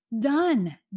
done